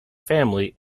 family